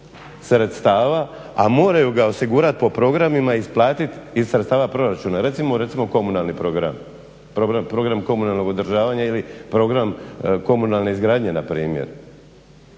sredstava a moraju ga osigurati po programima i isplatiti iz sredstava proračuna. Recimo komunalni program, program komunalnog održavanja ili program komunalne izgradnje na primjer.